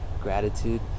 gratitude